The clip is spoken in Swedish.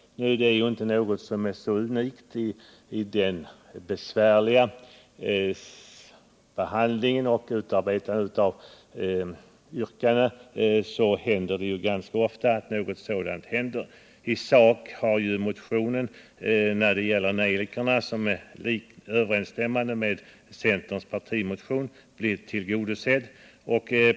Nu är ju inte detta något unikt — under den tidspress behandlingen av olika ärenden och utarbetandet av yrkanden sker händer sådant här ganska ofta. Men i sak har motionen när det gäller nejlikorna — där den överensstämmer med centerns partimotion — blivit tillgodosedd.